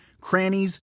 crannies